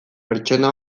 pertsona